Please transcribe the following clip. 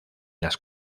las